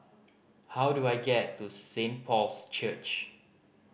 how do I get to Saint Paul's Church